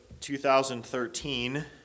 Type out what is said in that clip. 2013